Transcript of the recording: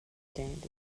standards